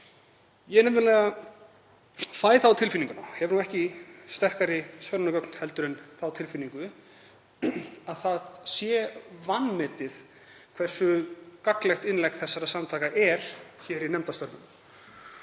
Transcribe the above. það nefnilega á tilfinninguna, ég hef ekki sterkari sönnunargögn en þá tilfinningu, að það sé vanmetið hversu gagnlegt innlegg þessara samtaka er hér í nefndastörfum